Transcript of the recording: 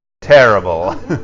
terrible